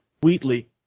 Wheatley